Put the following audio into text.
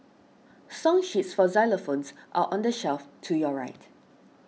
song sheets for xylophones are on the shelf to your right